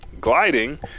gliding